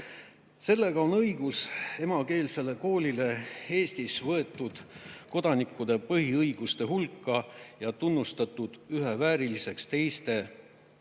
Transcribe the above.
Sellega on õigus emakeelsele koolile Eestis võetud kodanikkude põhiõiguste hulka ja tunnustatud ühevääriliseks teiste kodanike